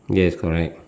yes correct